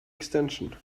extension